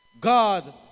God